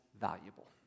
valuable